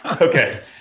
okay